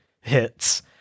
hits